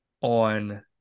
on